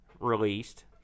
released